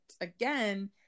again